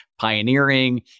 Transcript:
pioneering